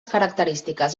característiques